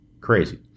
Crazy